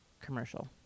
commercial